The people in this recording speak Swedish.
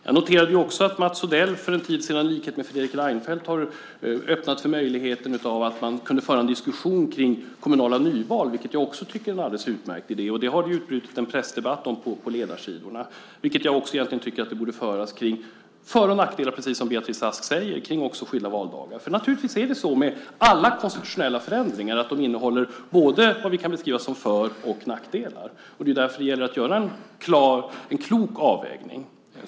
Jag noterade att Mats Odell för en tid sedan i likhet med Fredrik Reinfeldt öppnade för möjligheten att föra en diskussion om kommunala nyval, vilket jag också tycker är en alldeles utmärkt idé. Det har det utbrutit en pressdebatt om på ledarsidorna. Jag tycker att debatt borde föras också kring för och nackdelar med skilda valdagar, precis som Beatrice Ask säger. Naturligtvis medför alla konstitutionella förändringar både för och nackdelar. Det är därför det gäller att göra en klok avvägning.